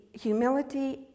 Humility